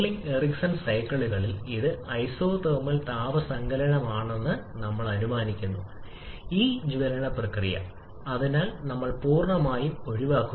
നിലവാരത്തെക്കുറിച്ച് ചിന്തിക്കുക രാസപ്രവർത്തനം പറയുന്നതിനെക്കുറിച്ച് സംസാരിക്കുന്നതുപോലെ നമ്മൾ നേരത്തെ പരിഗണിച്ച ഒന്ന്